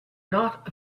not